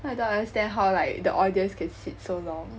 so I don't understand how like the audience can sit so long